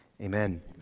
Amen